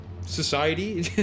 society